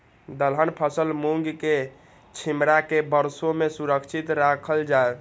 दलहन फसल मूँग के छिमरा के वर्षा में सुरक्षित राखल जाय?